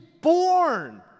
born